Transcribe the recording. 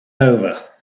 over